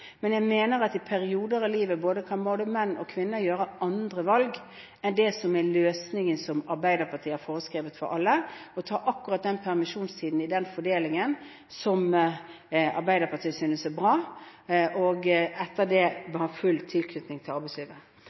men jeg mener at i perioder av livet kan både menn og kvinner gjøre andre valg enn det som er løsningen som Arbeiderpartiet har foreskrevet for alle: å ta permisjonstiden med akkurat den fordelingen som Arbeiderpartiet synes er bra, og etter det ha full tilknytning til arbeidslivet.